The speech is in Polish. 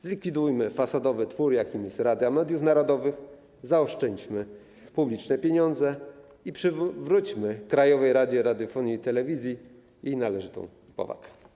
Zlikwidujmy fasadowy twór, jakim jest Rada Mediów Narodowych, zaoszczędźmy publiczne pieniądze i przywróćmy Krajowej Radzie Radiofonii i Telewizji jej należytą powagę.